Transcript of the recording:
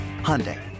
Hyundai